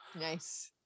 Nice